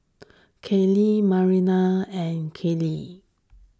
Kathey Marlana and Karlie